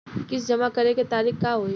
किस्त जमा करे के तारीख का होई?